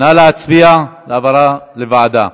נא להצביע להעברה לוועדה.